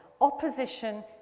opposition